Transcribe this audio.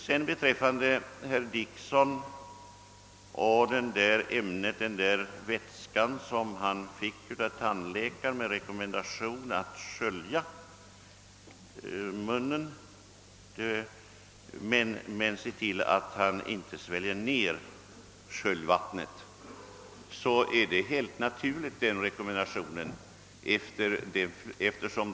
Vad beträffar det som herr Dickson sade om den vätska som han fick av tandläkaren med rekommendation att skölja munnen med men också se till att han inte svalde ner vill jag säga, att den rekommendationen är helt naturlig.